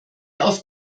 auf